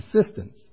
assistance